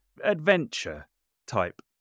adventure-type